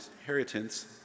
inheritance